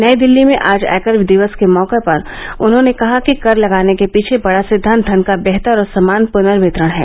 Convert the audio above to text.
नई दिल्ली में आज आयकर दिवस के मौके पर उन्होंने कहा कि कर लगाने के पीछे बडा सिद्धान्त धन का बेहतर और समान पूर्नवितरण है